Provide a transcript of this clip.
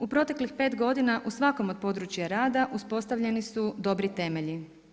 U proteklih 5 godina u svakom od područja rada uspostavljeni su dobri temelji.